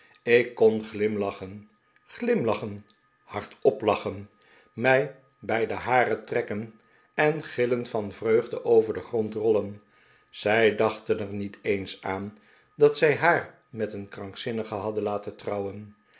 ik kon glimlachen glimlachen hardop lachen mij bij de haren trekken en gillend van vreugde over den grond rollen zij dachten er niet eens aan dat zij haar met een krankzinnige hadden laten trouwenl